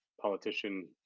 politician